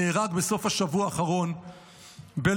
נהרג בסוף השבוע האחרון בלבנון,